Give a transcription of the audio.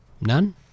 None